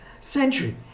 century